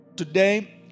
Today